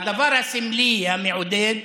המעודד,